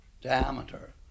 diameter